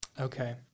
Okay